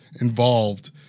involved